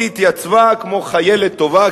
היא התייצבה כמו חיילת טובה,